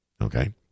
Okay